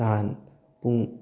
ꯅꯍꯥꯟ ꯄꯨꯡ